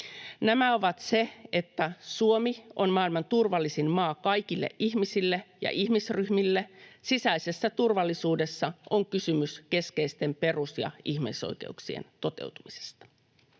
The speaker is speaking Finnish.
päteviä: Suomi on maailman turvallisin maa kaikille ihmisille ja ihmisryhmille — sisäisessä turvallisuudessa on kysymys keskeisten perus- ja ihmisoikeuksien toteutumisesta.